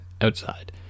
outside